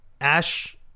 Ash